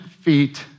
feet